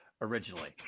originally